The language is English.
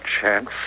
chance